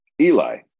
Eli